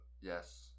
yes